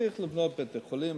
צריך לבנות בתי-חולים,